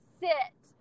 sit